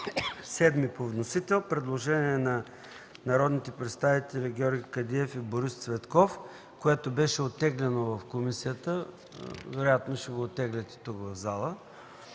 7 по вносител. Предложение на народните представители Георги Кадиев и Борис Цветков, което беше оттеглено в комисията. Вероятно ще го оттеглят и тук, в